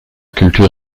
culture